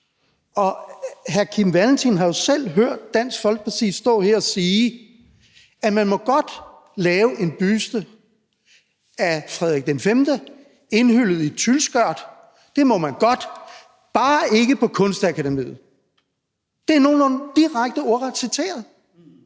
Hr. Kim Valentin har jo selv hørt Dansk Folkepartis ordfører stå her og sige, at man godt må lave en buste af Frederik V indhyllet i tylskørt – det må man godt – bare ikke på Kunstakademiet. Det er nogenlunde direkte ordret citeret,